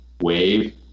wave